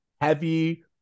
Heavy